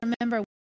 remember